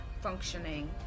functioning